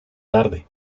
tarde